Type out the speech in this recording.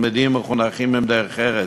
התלמידים מחונכים עם דרך ארץ.